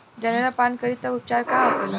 जनेरा पान करी तब उपचार का होखेला?